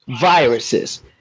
Viruses